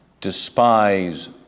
despise